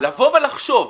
לבוא ולחשוב,